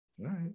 right